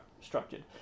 structured